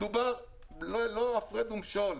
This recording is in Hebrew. דובר לא בהפרד ומשול.